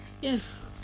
yes